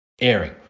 airing